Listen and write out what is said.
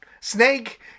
snake